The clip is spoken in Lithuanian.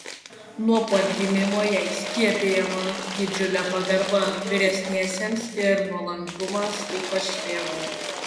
nuo pat gimimo jai skiepijama didžiulė pagarba vyresniesiems ir nuolankumas ypač tėvui